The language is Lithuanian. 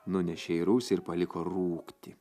nunešė į rūsį ir paliko rūgti